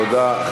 תודה.